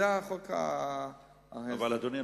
אדוני,